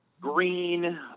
Green